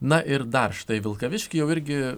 na ir dar štai vilkaviškyje jau irgi